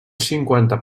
cinquanta